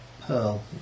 pearl